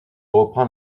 reprend